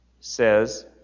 says